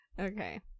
Okay